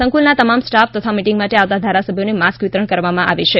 સંકુલના તમામ સ્ટાફ તથા મિટીંગ માટે આવતા ધારાસભ્યોને માસ્ક વિતરણ કરવામાં આવેલ છે